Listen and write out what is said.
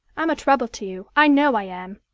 i'm a trouble to you i know i am.